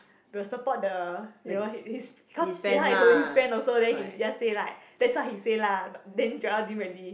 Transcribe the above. will support the you know his his cause bin hao always his friend also then he just say like that's what he say lah but then Joel didn't really